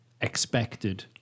expected